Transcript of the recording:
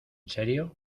serio